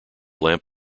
lamp